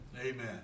Amen